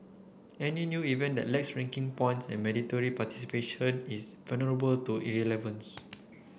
any new event that lacks ranking points and mandatory participation is vulnerable to irrelevance